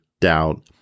doubt